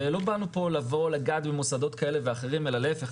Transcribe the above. לא באנו פה לבוא לגעת במוסדות כאלה ואחרים אלא להיפך,